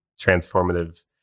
transformative